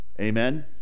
Amen